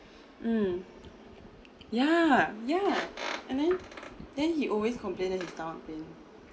mm yeah yeah and then then he always complain that his stomach pain